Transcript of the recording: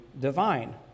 divine